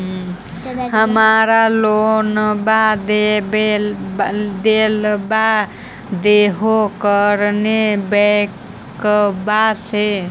हमरा लोनवा देलवा देहो करने बैंकवा से?